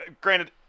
Granted